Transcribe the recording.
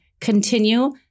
continue